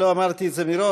לא אמרתי את זה מראש,